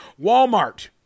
Walmart